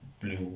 blue